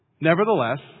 Nevertheless